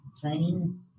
training